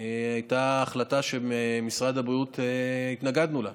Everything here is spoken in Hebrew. הייתה החלטה שבמשרד הבריאות התנגדנו לה.